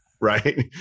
right